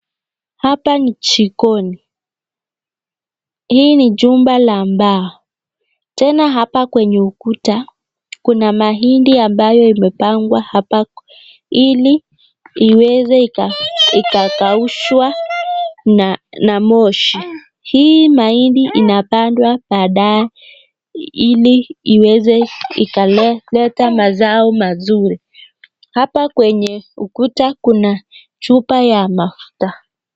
Hapa ni jikoni hii ni jumba la mbao tena hapa kwenye ukuta kuna mahindi ambayo imepangwa hapa ili iweze ikakaushwa na moshi hii ni mahindi inapandwa baadaye ili iweze kuleta mazao mazuri, hapa kwa ukuta kuna chupa ya mafuta.